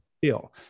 feel